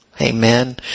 Amen